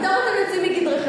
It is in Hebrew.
אז פתאום אתם יוצאים מגדרכם.